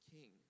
king